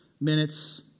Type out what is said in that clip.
minutes